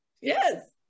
yes